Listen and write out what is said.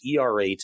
ERA